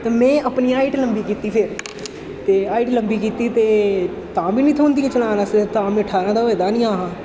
ते में अपनी हाइट लम्बी कीती फिर ते हाइट लम्बी कीती ते तां बी निं थ्होंदी चलान आस्तै तां में ठारां दा होए दा निं है हा